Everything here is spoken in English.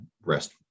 rest